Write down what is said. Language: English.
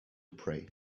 pray